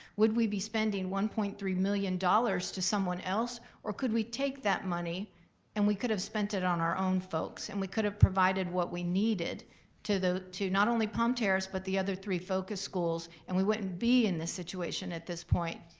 would we be spending one point three million dollars to someone else or could we take that money and we could've spent it on our own folks and we could've provided what we needed to not only palm terrace but the other three focus schools and we wouldn't be in this situation at this point.